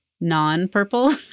non-purple